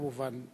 כמובן,